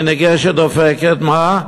היא ניגשת, דופקת, מה?